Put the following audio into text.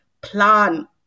plan